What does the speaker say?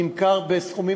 נמכר בסכומים,